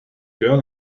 girl